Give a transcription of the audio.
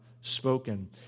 spoken